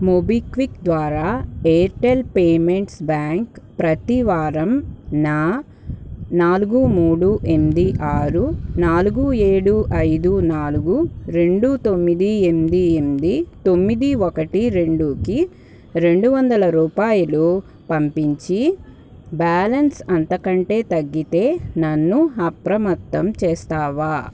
MobiKwik ద్వారా Airtel payments bank ప్రతివారం నా నాలుగు మూడు ఎనిమిది ఆరు నాలుగు ఏడు ఐదు నాలుగు రెండు తొమ్మిది ఎంది ఎంది తొమ్మిది ఒకటి రెండుకి రెండు వందల రూపాయలు రూపాయలు పంపించి బ్యాలన్స్ అంతకంటే తగ్గితే నన్ను అప్రమత్తం చేస్తావా